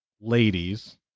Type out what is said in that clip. ladies